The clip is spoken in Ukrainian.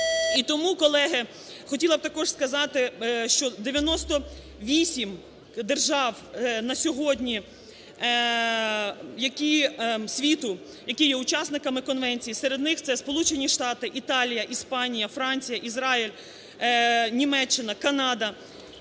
І тому, колеги, хотіла б також сказати, що 98 держав на сьогодні, які, світу, які є учасниками конвенції, серед них це Сполучені Штати, Італія, Іспанія, Франція, Ізраїль, Німеччина, Канада.